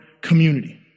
community